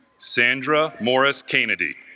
sandra morris kennedy